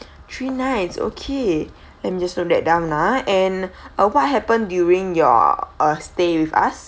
three nights okay let me just note that down ah and uh what happened during your uh stay with us